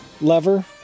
lever